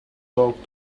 talk